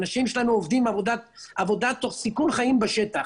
האנשים שלנו עושים עבודה תוך סיכון חיים בשטח